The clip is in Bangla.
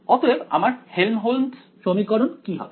অতএব আমার হেল্মহোল্টজ সমীকরণ কি হবে